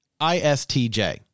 ISTJ